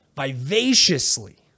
vivaciously